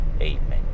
Amen